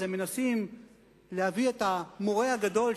אז הם מנסים להביא את המורה הגדול,